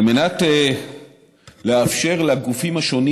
על מנת לאפשר לגופים השונים